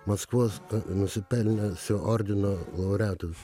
maskvos nusipelnęs ordino laureatų